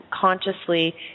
consciously